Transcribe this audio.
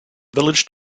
village